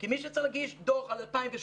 כי מי שצריך להגיש דוח על 2018,